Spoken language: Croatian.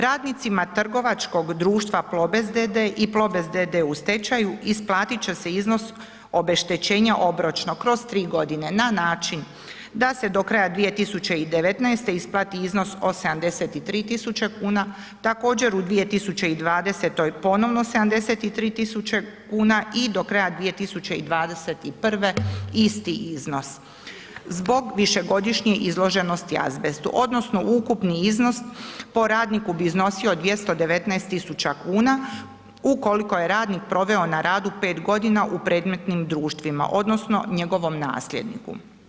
Radnicima trgovačkog društva Plobest d.d. i Plobest d.d. u stečaju isplatit će se iznos obeštećenja obročno, kroz tri godine na način da se do kraja 2019. isplati iznos od 73.000 kuna, također u 2020. ponovno 73.000 kuna i do kraja 2021. isti iznos zbog višegodišnje izloženosti azbestu odnosno ukupni iznos po radniku bi iznosio 219.000 kuna ukoliko je radnik proveo na radu 5 godina u predmetnim društvima odnosno njegovom nasljedniku.